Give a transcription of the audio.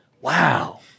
Wow